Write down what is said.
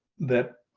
that.